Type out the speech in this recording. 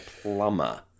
plumber